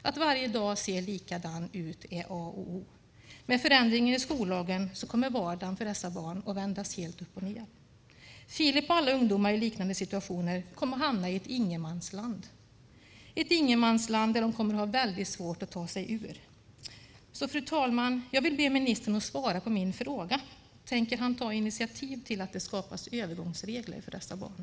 Att varje dag ser likadan ut är A och O. Med förändringen i skollagen kommer vardagen för dessa barn att vändas helt upp och ned. Filip och alla ungdomar i liknande situationer kommer att hamna i ett ingenmansland som de kommer att ha väldigt svårt att ta sig ur. Fru talman! Jag vill be ministern att svara på min fråga: Tänker han ta initiativ till att det skapas övergångsregler för dessa barn?